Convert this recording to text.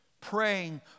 Praying